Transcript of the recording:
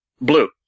Blue